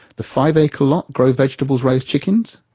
the five acre lot, grow vegetables, raise chickens?